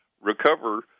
recover